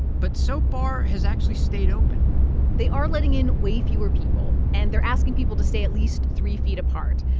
but soap bar has actually stayed open they are letting in way fewer people, and they're asking people to stay at least three feet apart.